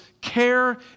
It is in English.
care